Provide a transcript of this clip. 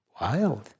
Wild